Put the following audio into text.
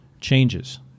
changes